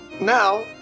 now